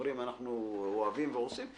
עושים פה?